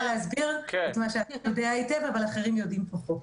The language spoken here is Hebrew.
להסביר את מה שאתה יודע היטב אבל אחרים יודעים פחות.